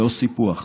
לא סיפוח,